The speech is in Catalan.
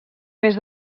més